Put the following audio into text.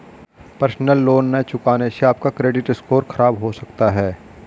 personal loan न चुकाने से आप का क्रेडिट स्कोर खराब हो सकता है